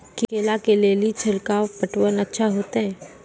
केला के ले ली छिड़काव पटवन अच्छा होते?